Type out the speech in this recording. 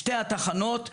שתי התחנות,